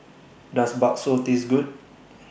Does Bakso Taste Good